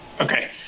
okay